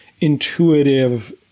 intuitive